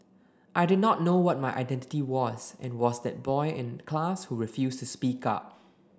I did not know what my identity was and was that boy in class who refused to speak up